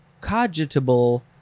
cogitable